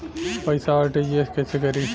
पैसा आर.टी.जी.एस कैसे करी?